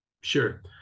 Sure